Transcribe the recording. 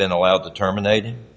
been allowed to terminate